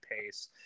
pace